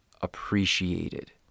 appreciated